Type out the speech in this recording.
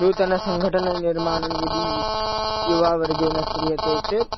नूतनसङ्घटननिर्माणं यदि युववर्गेण क्रियते चेत्